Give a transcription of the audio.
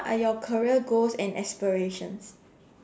what are your career goals and aspirations